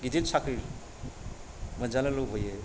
गिदिर साख्रि मोनजानो लुबैयो